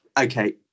Okay